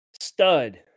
stud